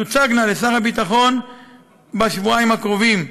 תוצג לשר הביטחון בשבועיים הקרובים.